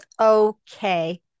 okay